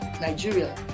Nigeria